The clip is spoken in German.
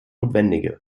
notwendige